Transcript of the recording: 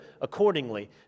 accordingly